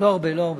לא הרבה, לא הרבה.